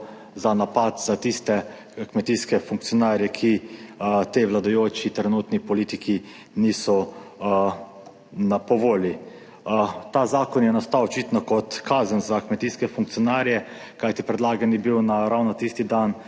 za napad za tiste kmetijske funkcionarje, ki tej vladajoči trenutni politiki niso po volji. Ta zakon je nastal očitno kot kazen za kmetijske funkcionarje, kajti predlagan je bil ravno na tisti dan,